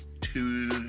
two